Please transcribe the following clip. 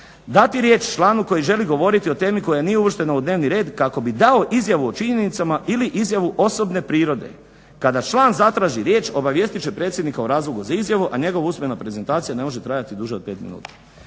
dati riječ članu koji želi govoriti o temi koja nije uvrštena u dnevni red kako bi dao izjavu o činjenicama ili izjavu osobne prirode kada član zatraži riječ obavijestit će predsjednika o razlogu za izjavu, a njegova usmena prezentacija ne može trajati duže od 5 minuta".